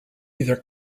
either